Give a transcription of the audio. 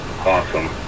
awesome